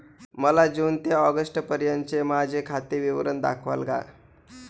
मला जून ते ऑगस्टपर्यंतचे माझे खाते विवरण दाखवाल का?